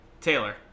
Taylor